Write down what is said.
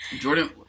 Jordan